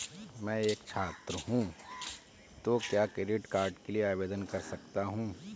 मैं एक छात्र हूँ तो क्या क्रेडिट कार्ड के लिए आवेदन कर सकता हूँ?